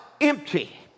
empty